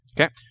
Okay